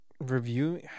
Review